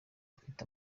afite